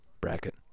Bracket